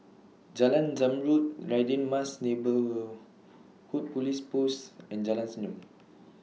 Jalan Zamrud Radin Mas Neighbourhood Police Post and Jalan Senyum